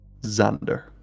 Xander